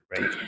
right